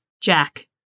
Jack